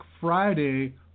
Friday